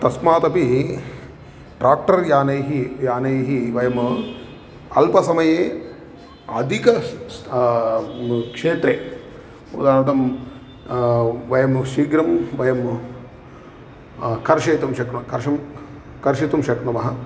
तस्मादपि tractor यानैः यानैः वयं अल्पसमये अधिक स् स् क्षेत्रे उदाहरणार्थं वयं शीघ्रं वयं कर्षयितुं शक्नोति कर्षं कर्षितुं शक्नुमः